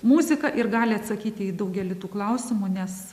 muzika ir gali atsakyti į daugelį tų klausimų nes